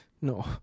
No